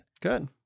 Good